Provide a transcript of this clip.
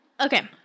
Okay